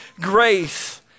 grace